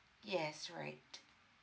yes right